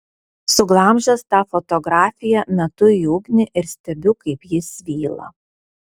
suglamžęs tą fotografiją metu į ugnį ir stebiu kaip ji svyla